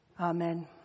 Amen